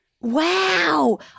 Wow